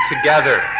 together